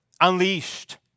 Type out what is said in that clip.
unleashed